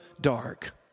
dark